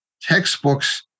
textbooks